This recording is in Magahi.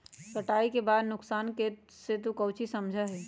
कटाई के बाद के नुकसान से तू काउची समझा ही?